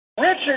Richard